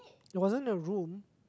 it wasn't a room